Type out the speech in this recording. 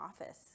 office